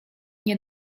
nie